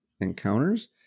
encounters